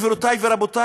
גברותי ורבותי,